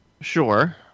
Sure